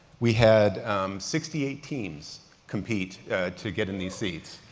we had sixty eight teams compete to get in these seats.